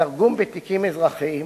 התרגום בתיקים אזרחיים